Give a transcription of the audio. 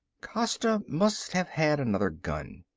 costa must have had another gun.